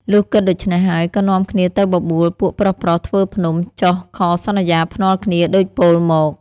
លុះគិតដូចេ្នះហើយ ក៏នាំគ្នាទៅបបួល ពួកប្រុសៗធ្វើភ្នំ ចុះខសន្យាភ្នាល់គ្នាដូចពោលមក